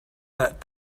that